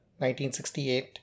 1968